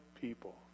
people